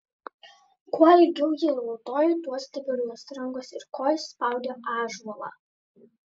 kuo ilgiau ji raudojo tuo stipriau jos rankos ir kojos spaudė ąžuolą